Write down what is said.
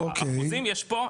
אחוזים שיש פה,